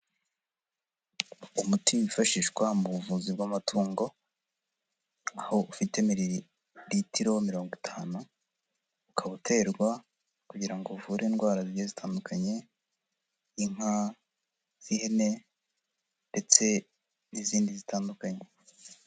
Umuti wifashishwa mu buvuzi bw'amatungo, aho ufite miriritiro mirongo itanu, ukaba uterwa kugira ngo uvure indwara zigiye zitandukanye, inka n'ihene, ndetse n'izindi zitandukanye.